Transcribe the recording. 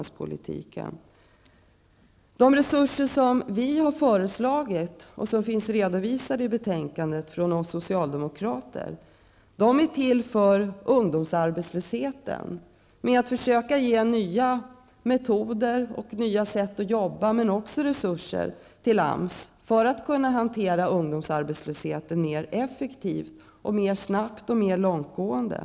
De resurser som vi har föreslagit och som finns redovisade i betänkandet är till för att minska ungdomsarbetslösheten. Det är resurser för att skapa nya metoder och nya sätt att jobba, men det är också resurser till AMS för att kunna hantera ungdomsarbetslöshetens problem mer effektivt, snabbt och långtgående.